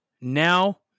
now